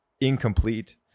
incomplete